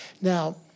Now